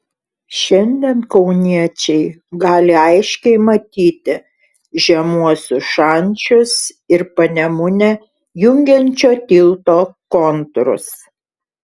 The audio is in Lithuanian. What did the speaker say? šiandien kauniečiai gali aiškiai matyti žemuosius šančius ir panemunę jungiančio tilto kontūrus